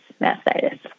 mastitis